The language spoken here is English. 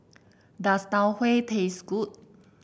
does Tau Huay taste good